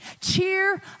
Cheer